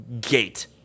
gate